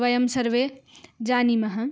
वयं सर्वे जानीमः